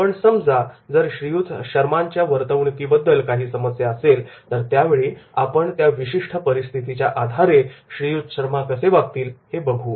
पण समजा जर श्रीयुत शर्मांच्या वर्तणुकीबद्दल काही समस्या असेल तर त्यावेळी आपण त्या विशिष्ट परिस्थितीच्या आधारे श्रीयुत शर्मा कसे वागतील हे आपण बघू